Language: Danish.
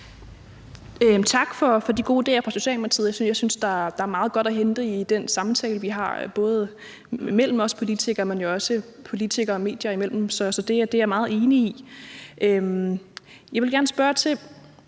Tak for de gode idéer fra Socialdemokratiet. Jeg synes, der er meget godt at hente i den samtale, vi har, både mellem os politikere, men jo også politikere og medier mellem, så det er jeg meget enig i. Jeg vil gerne spørge til